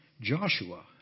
Joshua